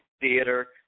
theater